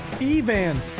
Evan